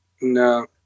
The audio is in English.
No